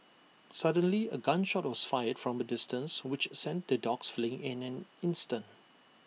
suddenly A gun shot was fired from the distance which sent the dogs fleeing in an instant